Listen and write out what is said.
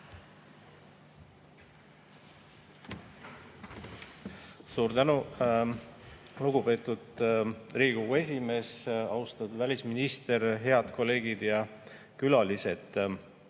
Suur tänu, lugupeetud Riigikogu esimees! Austatud välisminister! Head kolleegid ja külalised!